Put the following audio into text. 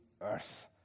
earth